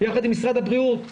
משרד הבריאות,